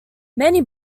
many